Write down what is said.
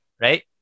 Right